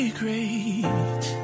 great